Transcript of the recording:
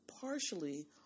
partially